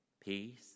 peace